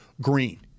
Green